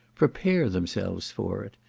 prepare themselves for it,